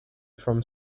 from